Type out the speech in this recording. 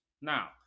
Now